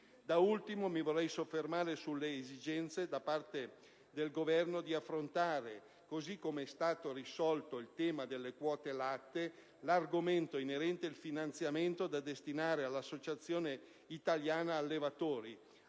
Da ultimo, mi vorrei soffermare sull'esigenza da parte del Governo di affrontare, così come è stato risolto il tema delle quote latte, l'argomento inerente al finanziamento da destinare all'Associazione italiana allevatori,